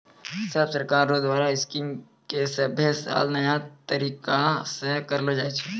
सब सरकार रो द्वारा स्कीम के सभे साल नया तरीकासे करलो जाए छै